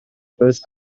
both